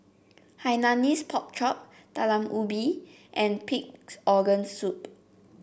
Hainanese Pork Chop Talam Ubi and Pig's Organ Soup